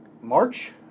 March